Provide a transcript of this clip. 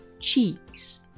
cheeks